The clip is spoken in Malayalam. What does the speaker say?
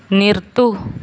നിർത്തൂ